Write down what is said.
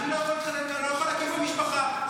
אני מחזיקה את הבית שלי, את המשפחה שלי,